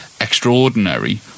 extraordinary